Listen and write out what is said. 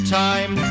time